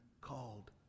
called